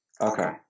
Okay